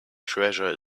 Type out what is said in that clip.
treasure